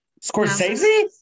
Scorsese